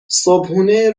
صبحونه